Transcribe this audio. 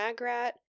Magrat